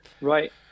Right